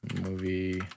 movie